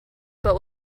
but